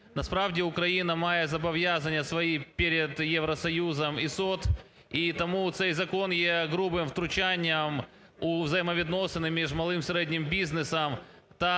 Насправді, Україна має зобов'язання свої перед Євросоюзом і СОТ. І тому цей закон є грубим втручанням у взаємовідносини між малим і середнім бізнесом та,